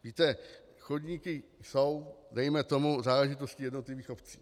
Víte, chodníky jsou dejme tomu záležitostí jednotlivých obcí.